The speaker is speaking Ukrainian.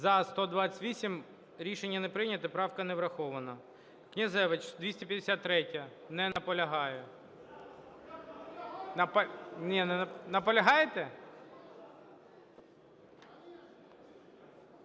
За-128 Рішення не прийнято. Правка не врахована. Князевич, 253-я. Не наполягає. Наполягаєте?